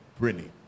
Britney